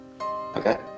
Okay